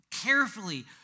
carefully